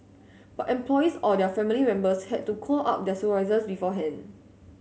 but employees or their family members had to call up their supervisors beforehand